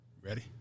Ready